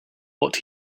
what